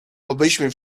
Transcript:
obyśmy